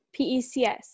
PECS